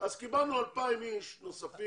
אז קיבלנו 2,000 איש נוספים.